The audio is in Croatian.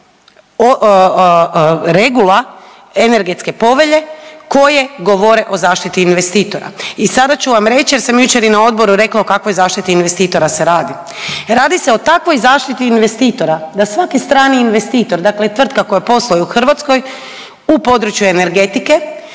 regula energetske povelje koje govore o zaštiti investitora. I sada ću vam reći jer sam jučer i na Odboru rekla o kakvoj zaštiti investitora se radi. Radi se o takvoj zaštiti investitora da svaki strani investitor dakle i tvrtka koja posluje u Hrvatskoj u području energetike